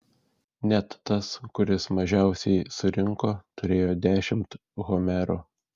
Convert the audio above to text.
net tas kuris mažiausiai surinko turėjo dešimt homerų